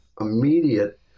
immediate